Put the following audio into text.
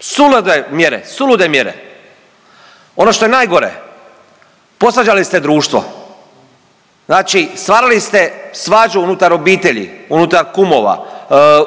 Sulude mjere, sulude mjere! Ono što je najgore posvađali ste društvo. Znači stvarali ste svađu unutar obitelji, unutar kumova,